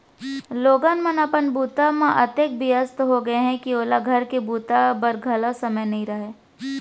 लोगन मन अपन बूता म अतेक बियस्त हो गय हें के ओला घर के बूता बर घलौ समे नइ रहय